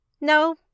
No